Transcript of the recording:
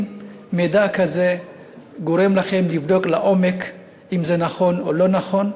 האם מידע כזה גורם לכם לבדוק לעומק אם זה נכון או לא נכון,